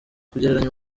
kugereranya